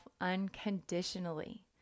unconditionally